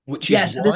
Yes